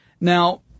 Now